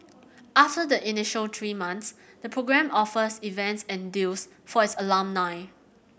after the initial three months the program offers events and deals for its alumni